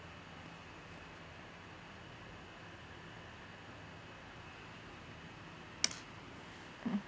mm